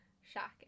Shocking